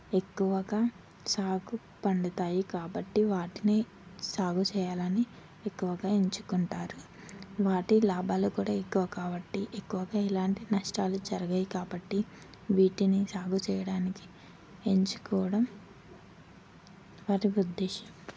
ఎక్కువగా సాగు పండుతాయి కాబట్టి వాటిని సాగు చేయాలని ఎక్కువగా ఎంచుకుంటారు వాటి లాభాలు కూడా ఎక్కువ కాబట్టి ఎక్కువగా ఇలాంటి నష్టాలు జరిగాయి కాబట్టి వీటిని సాగు చేయడానికి ఎంచుకోవడం వారి ఉద్దేశం